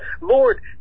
Lord